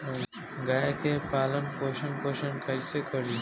गाय के पालन पोषण पोषण कैसे करी?